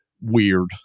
weird